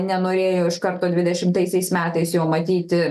nenorėjo iš karto dvidešimtaisiais metais jo matyti